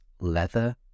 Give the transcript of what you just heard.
leather